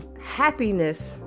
happiness